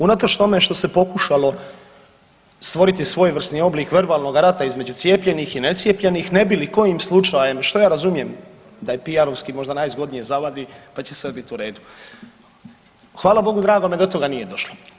Unatoč tome što se pokušalo stvoriti svojevrsni oblik verbalnoga rata između cijepljenih i necijepljenih ne bi li kojim slučajem, što ja razumijem da je PR-ovski možda najzgodnije zavadi pa će sve biti u redu, hvala Bogu dragome do toga nije došlo.